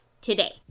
today